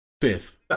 Fifth